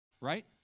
Right